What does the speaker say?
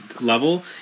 level